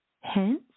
Hence